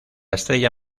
estrella